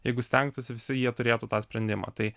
jeigu stengtųsi visi jie turėtų tą sprendimą tai